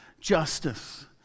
justice